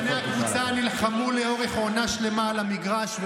שחקני הקבוצה נלחמו לאורך עונה שלמה על המגרש,